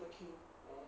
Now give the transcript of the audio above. the kill